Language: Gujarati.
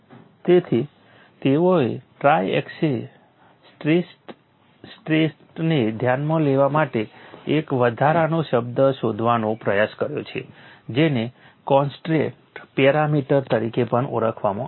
તેથી તેઓએ ટ્રાઇએક્સિયલ સ્ટ્રેસ સ્ટેટને ધ્યાનમાં લેવા માટે એક વધારાનો શબ્દ શોધવાનો પ્રયાસ કર્યો છે જેને કોન્સ્ટ્રેન્ટ પેરામીટર તરીકે પણ ઓળખવામાં આવે છે